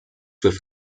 with